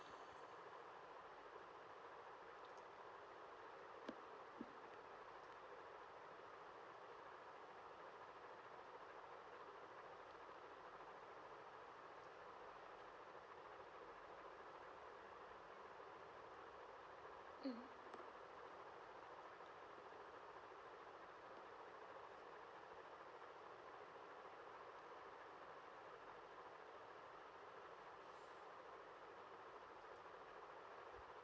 mm